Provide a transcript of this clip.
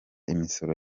imisoro